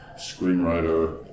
screenwriter